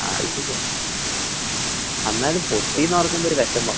അത് ശെരിയാ അന്നാലും പൊട്ടീന്നോർക്കുമ്പൊ ഒര് വെഷമം